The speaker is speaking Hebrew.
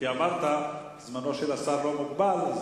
כי אמרת שזמנו של השר לא מוגבל.